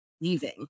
leaving